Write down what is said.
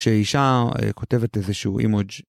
שאישה כותבת איזשהו אימוג'